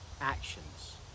actions